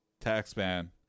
Taxman